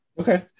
Okay